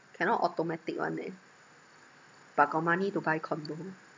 cannot automatic [one] eh but got money to buy condo